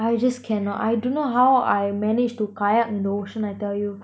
I just cannot I dunno how I managed to kayak in the ocean I tell you